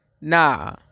nah